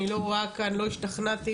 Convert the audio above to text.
לא השתכנעתי